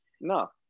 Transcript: No